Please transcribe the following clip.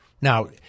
Now